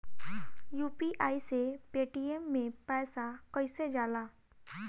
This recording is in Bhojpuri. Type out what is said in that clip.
यू.पी.आई से पेटीएम मे पैसा कइसे जाला?